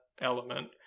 element